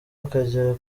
akagera